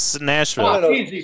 Nashville